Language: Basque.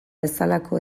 bezalako